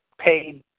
paid